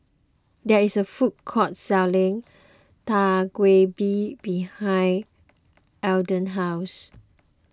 there is a food court selling Dak Galbi behind Ardell's house